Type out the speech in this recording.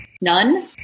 None